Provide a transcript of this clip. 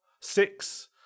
six